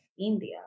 India